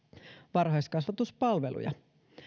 varhaiskasvatuspalveluja